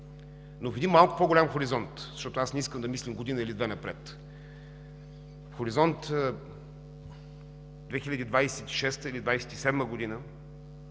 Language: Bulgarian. Но в един малко по-голям хоризонт, защото не искам да мисля година или две напред, хоризонт 2026 – 2027 г.,